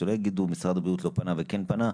ושלא יגידו שמשרד הבריאות לא פנה וכן פנה,